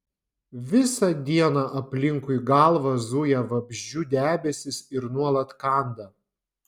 visą dieną aplinkui galvą zuja vabzdžių debesys ir nuolat kanda